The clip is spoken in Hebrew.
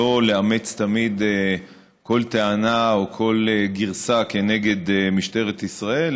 שלא לאמץ תמיד כל טענה או כל גרסה כנגד משטרת ישראל,